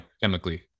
Chemically